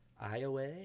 Iowa